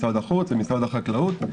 משרד החוץ ומשרד החקלאות,